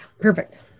Perfect